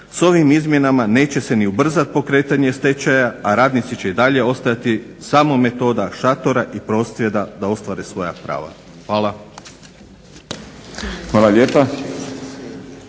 S ovim izmjenama neće se ni ubrzati pokretanje stečaja, a radnici će i dalje ostati samo metoda šatora i prosvjeda da ostvare svoja prava. Hvala. **Šprem,